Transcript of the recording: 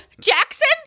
Jackson